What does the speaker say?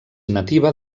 nativa